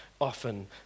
often